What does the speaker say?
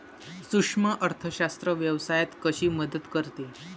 सूक्ष्म अर्थशास्त्र व्यवसायात कशी मदत करते?